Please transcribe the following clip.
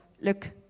look